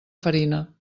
farina